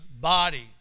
body